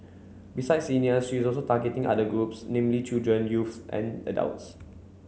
besides seniors she is also targeting other groups namely children youths and adults